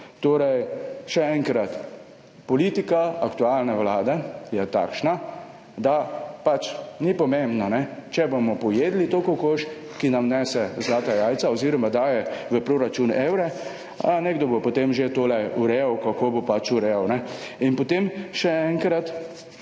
Torej, še enkrat, politika aktualne Vlade je takšna, da ni pomembno, ne, če bomo pojedli to kokoš, ki nam nese zlata jajca oziroma daje v proračun evre, nekdo bo potem že tole urejal, kako bo pač urejal. In potem še enkrat